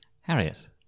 Harriet